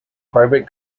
private